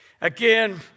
Again